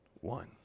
One